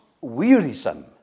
wearisome